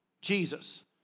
Jesus